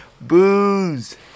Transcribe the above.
booze